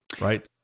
right